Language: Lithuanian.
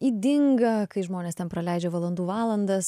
ydinga kai žmonės ten praleidžia valandų valandas